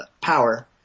power